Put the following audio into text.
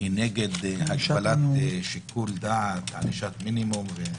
היא נגד הגבלת שיקול דעת, ענישת מינימום וכולי,